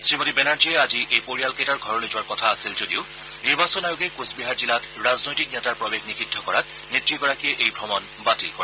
শ্ৰীমতী বেনাৰ্জীয়ে আজি এই পৰিয়ালকেইটাৰ ঘৰলৈ যোৱাৰ কথা আছিল যদিও নিৰ্বাচন আয়োগে কোচ বিহাৰ জিলাত ৰাজনৈতিক নেতাৰ প্ৰৱেশ নিষিদ্ধ কৰাত নেত্ৰীগৰাকীয়ে এই ভ্ৰমণ বাতিল কৰে